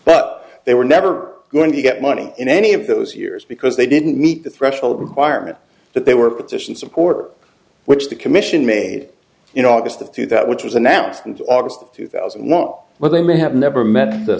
but they were never going to get money in any of those years because they didn't meet the threshold requirement that they were petitioned support which the commission made in august of two that which was announced and august two thousand law well they may have never met the